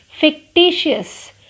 fictitious